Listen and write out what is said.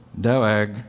Doeg